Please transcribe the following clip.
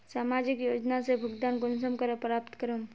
सामाजिक योजना से भुगतान कुंसम करे प्राप्त करूम?